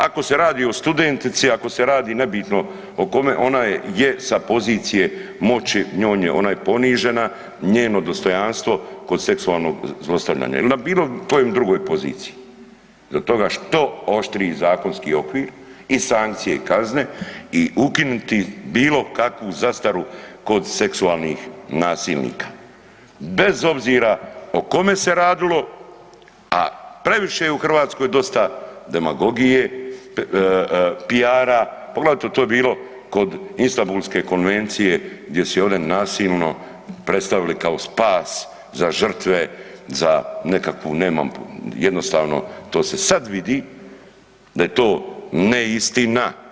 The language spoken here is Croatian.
Ako se radi o studentici, ako se radi, nebitno o kome, ona je sa pozicije moći, ona je ponižena, njeno dostojanstvo kod seksualnog zlostavljanja ili na bilo kojoj drugoj poziciji, zato ga što oštriji zakonski okvir i sankcije i kazne i ukinuti bilo kakvu zastaru kod seksualnih nasilnika, bez obzira o kome se radilo, a previše je u Hrvatskoj dosta demagogije, PR-a, poglavito to je bilo kod Istambulske konvencije gdje su je ovdje nasilno predstavili kao spas za žrtve, za nekakvu, nemam, jednostavno to se sad vidi, da je to neistina.